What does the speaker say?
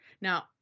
Now